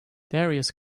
darius